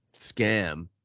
scam